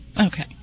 Okay